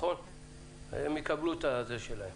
אבל הם יקבלו את הזה שלהם.